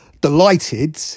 delighted